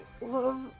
love